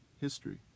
history